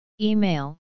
Email